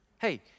Hey